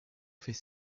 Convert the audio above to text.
fait